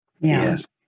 Yes